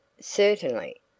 Certainly